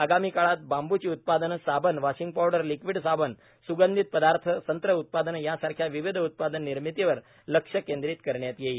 आगामी काळात बांबूचीउत्पादने साबण वॉशिंग पावडर लिक्विड साबण स्गंधित पदार्थ संत्रा उत्पादने यासारख्या विविध उत्पादने निर्मितीवर लक्ष केंद्रित करण्यात येईल